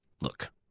Look